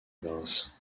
grâce